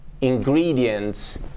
ingredients